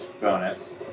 bonus